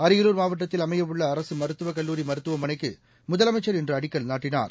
அரியலூர் மாவட்டத்தில் அமையவுள்ள அரசுமருத்துவக் கல்லூரி மருத்துவமனைக்குமுதலமைச்சர் இன்றுஅடிக்கல் நாட்டினார்